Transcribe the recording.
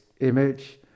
image